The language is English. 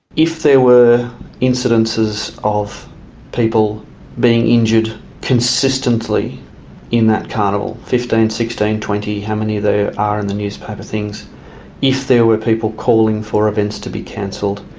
if there were incidences of people being injured consistently in that carnival fifteen, sixteen, twenty, how many there are in the newspaper things if there were people calling for events to be cancelled,